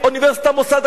מוסד אקדמי,